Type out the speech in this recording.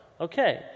Okay